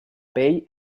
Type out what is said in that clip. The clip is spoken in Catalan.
pell